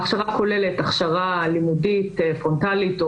ההכשרה כוללת הכשרה לימודית פרונטלית,